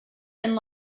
and